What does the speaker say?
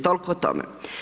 Toliko o tome.